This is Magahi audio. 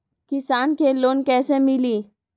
किसान के लोन कैसे मिली?